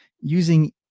using